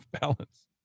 balance